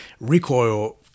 recoil